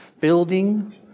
building